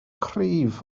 cryf